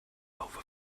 over